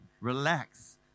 Relax